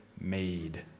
made